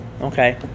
Okay